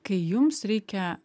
kai jums reikia